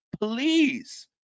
please